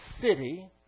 city